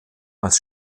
als